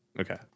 Okay